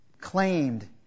claimed